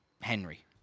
Henry